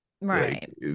right